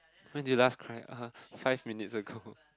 when do you last cried uh five minutes ago